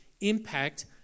impact